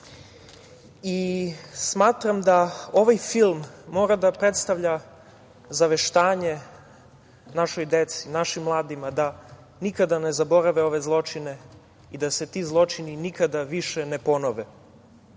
smatram da ovaj film mora da predstavlja zaveštanje našoj deci, našim mladima da nikada ne zaborave ove zločine i da se ti zločini nikada više ne ponove. Kada